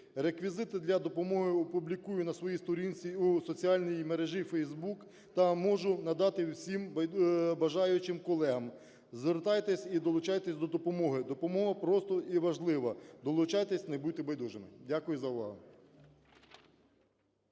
Реквізити для допомоги опублікую на своїй сторінці у соціальній мережі Facebook та можу надати всім бажаючим колегам. Звертайтеся і долучайтеся до допомоги, допомога просто важлива, долучайтеся і не будьте байдужими. Дякую за увагу.